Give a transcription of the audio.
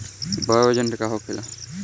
Bio agent का होखेला?